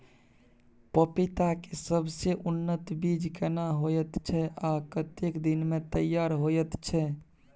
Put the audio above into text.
पपीता के सबसे उन्नत बीज केना होयत छै, आ कतेक दिन में तैयार होयत छै?